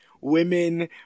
Women